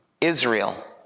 Israel